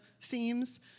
themes